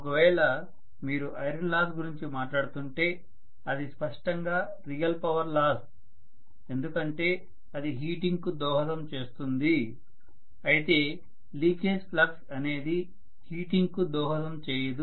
ఒకవేళ మీరు iron loss గురించి మాట్లాడుతుంటే అది స్పష్టంగా రియల్ పవర్ లాస్ ఎందుకంటే అది హీటింగ్ కు దోహదం చేస్తుంది అయితే లీకేజ్ ఫ్లక్స్ అనేది హీటింగ్ కు దోహదం చేయదు